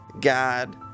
God